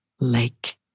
lake